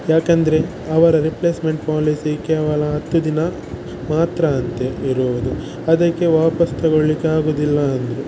ಯಾಕಂದರೆ ಅವರ replacement policy ಕೇವಲ ಹತ್ತು ದಿನ ಮಾತ್ರ ಅಂತೆ ಇರುವುದು ಅದಕ್ಕೆ ವಾಪಸ್ಸು ತಗೊಳ್ಲಿಕ್ಕೆ ಆಗುದಿಲ್ಲ ಅಂದರು